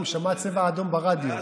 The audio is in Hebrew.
הוא שמע צבע אדום ברדיו.